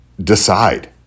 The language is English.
Decide